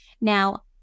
Now